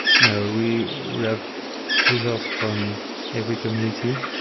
no. we have users from every community.